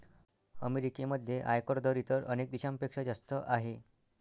अमेरिकेमध्ये आयकर दर इतर अनेक देशांपेक्षा जास्त आहे